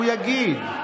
הוא יגיד,